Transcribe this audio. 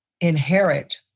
inherit